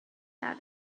that